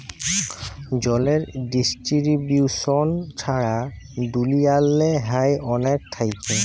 জলের ডিস্টিরিবিউশল ছারা দুলিয়াল্লে হ্যয় অলেক থ্যাইকে